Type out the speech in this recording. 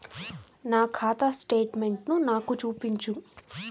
నా ఖాతా స్టేట్మెంట్ను నాకు చూపించు